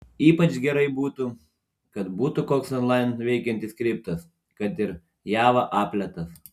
ypač gerai būtų kad būtų koks onlain veikiantis skriptas kad ir java apletas